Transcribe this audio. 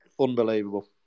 unbelievable